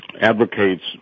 advocates